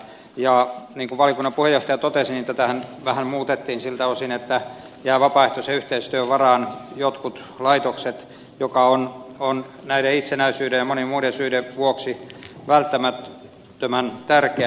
ja niin kuin valiokunnan puheenjohtaja totesi tätähän vähän muutettiin siltä osin että jotkut laitokset jäävät vapaaehtoisen yhteistyön varaan mikä on näiden itsenäisyyden ja monien muiden syiden vuoksi välttämättömän tärkeää